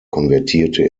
konvertierte